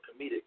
comedic